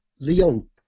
Leon